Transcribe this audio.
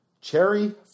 Cherry